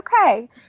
okay